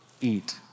eat